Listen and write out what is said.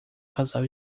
casal